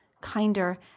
kinder